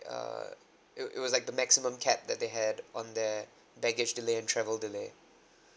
uh it it was like the maximum cap that they had on their baggage delay and travel delay